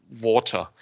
water